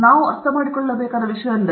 ತಾಂತ್ರಿಕ ಕಾಗದದ ಬಗ್ಗೆ ಸರಿ